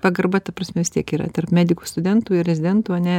pagarba ta prasme vis tiek yra tarp medikų studentų ir rezidentų ane